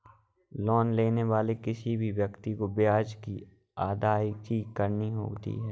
loan लेने वाले किसी भी व्यक्ति को ब्याज की अदायगी करनी होती है